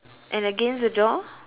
and against the door